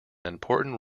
important